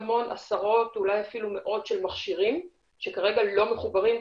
עשרות אולי אפילו מאות של מכשירים שכרגע לא מחוברים,